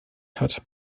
hat